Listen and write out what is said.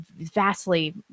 vastly